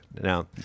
Now